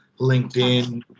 LinkedIn